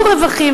ויהיו רווחים,